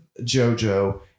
Jojo